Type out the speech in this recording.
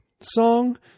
song